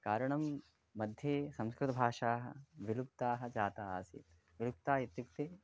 कारणं मध्ये संस्कृतभाषा विलुप्ता जाता आसीत् विलुप्ता इत्युक्ते